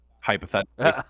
hypothetically